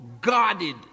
guarded